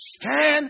stand